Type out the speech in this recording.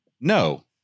No